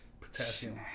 Potassium